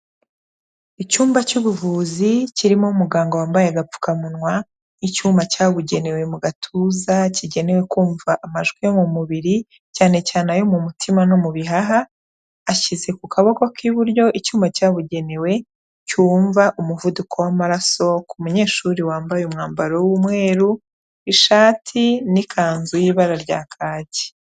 Icyumba cy'ubuvuzi kirimo umuganga wambaye agapfukamunwa, icyuma cyabugenewe mu gatuza kigenewe kumva amajwi yo mu mubiri, cyane cyane ayo mu mutima no mu bihaha, ashyize ku kaboko k'iburyo icyuma cyabugenewe cyumva umuvuduko w'amaraso ku munyeshuri wambaye umwambaro w'umweru, ishati n'ikanzu y'ibara rya kacyi.